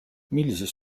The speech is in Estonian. millises